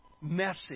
message